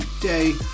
day